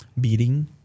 beating